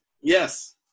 Yes